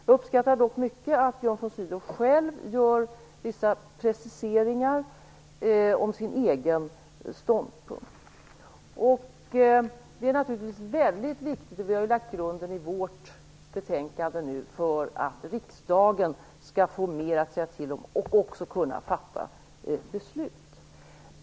Jag uppskattar dock mycket att Björn von Sydow själv gör vissa preciseringar om sin egen ståndpunkt. Det är naturligtvis väldigt viktigt, och vi har nu i vårt betänkande lagt grunden för att riksdagen skall få mer att säga till om och också kunna fatta beslut.